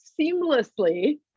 seamlessly